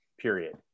period